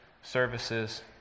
services